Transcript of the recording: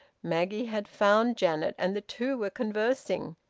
maggie had found janet, and the two were conversing.